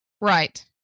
Right